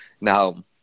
Now